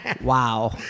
Wow